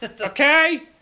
okay